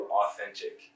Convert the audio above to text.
authentic